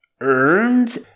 earned